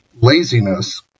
laziness